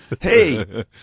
Hey